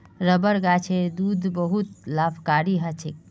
rubber गाछेर दूध बहुत लाभकारी ह छेक